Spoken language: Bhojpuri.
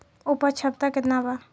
उपज क्षमता केतना वा?